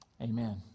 Amen